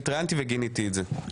אני התראיינתי וגיניתי את זה.